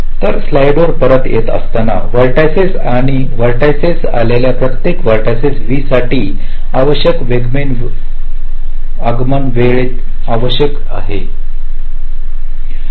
आता स्लाइडवर परत येत असताना व्हर्टिसिस असलेल्या व्हर्टिसिस असलेल्या प्रत्येक व्हर्टिसिस v साठी आवश्यक ते आगमन आवश्यक वेळ आहे